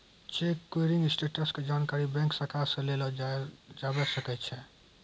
cheque clearing status के जानकारी bank शाखा से लेलो जाबै सकै छै